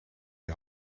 die